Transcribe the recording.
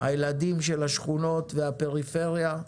הילדים של השכונות והפריפריה, אנחנו